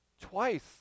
twice